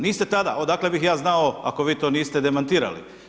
Niste tada, odakle bi ja znao ako vi to niste demantirali.